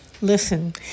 Listen